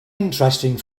interesting